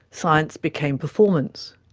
science became performance.